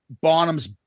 Bonham's